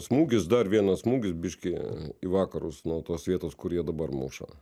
smūgis dar vienas smūgis biškį į vakarus nuo tos vietos kur jie dabar muša